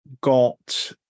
got